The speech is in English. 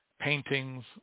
paintings